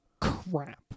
crap